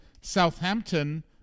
Southampton